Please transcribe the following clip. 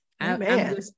Amen